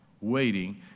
waiting